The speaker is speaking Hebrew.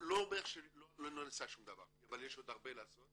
אני לא אומר שלא נעשה דבר, אבל יש עוד הרבה לעשות.